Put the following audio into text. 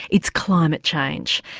it's climate change.